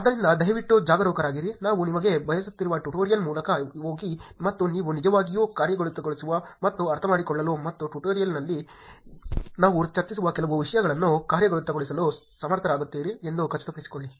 ಆದ್ದರಿಂದ ದಯವಿಟ್ಟು ಜಾಗರೂಕರಾಗಿರಿ ನಾವು ನಿಮಗೆ ಒದಗಿಸುತ್ತಿರುವ ಟ್ಯುಟೋರಿಯಲ್ ಮೂಲಕ ಹೋಗಿ ಮತ್ತು ನೀವು ನಿಜವಾಗಿಯೂ ಕಾರ್ಯಗತಗೊಳಿಸಲು ಮತ್ತು ಅರ್ಥಮಾಡಿಕೊಳ್ಳಲು ಮತ್ತು ಟ್ಯುಟೋರಿಯಲ್ ನಲ್ಲಿ ನಾವು ಚರ್ಚಿಸುವ ಕೆಲವು ವಿಷಯಗಳನ್ನು ಕಾರ್ಯಗತಗೊಳಿಸಲು ಸಮರ್ಥರಾಗಿದ್ದೀರಿ ಎಂದು ಖಚಿತಪಡಿಸಿಕೊಳ್ಳಿ